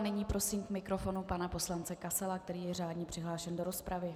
Nyní prosím k mikrofonu pana poslance Kasala, který je řádně přihlášen do rozpravy.